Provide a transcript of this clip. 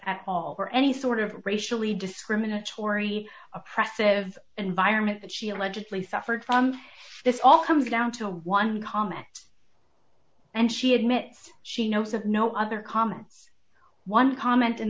at all or any sort of racially discriminatory oppressive environment that she allegedly suffered from this all come down to one comment and she admits she knows of no other comment one comment in